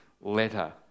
letter